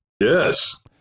Yes